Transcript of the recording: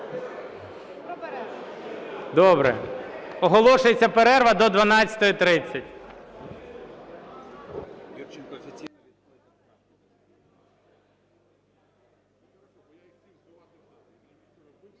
Добре. Оголошується перерва до 12:30.